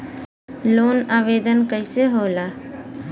Loan आवेदन कैसे होला?